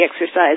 exercise